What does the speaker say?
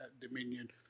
dominion